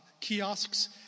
kiosks